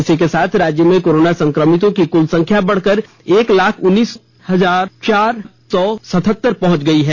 इसी के साथ राज्य में कोरोना संक्रमितों की कुल संख्या बढ़कर एक लाख उन्नीस हजार चार सौ सतहतर पहुंच गई है